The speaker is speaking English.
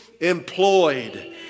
employed